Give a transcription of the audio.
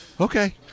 okay